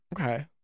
Okay